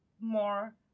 more